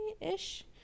ish